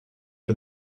for